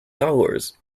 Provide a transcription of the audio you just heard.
dollars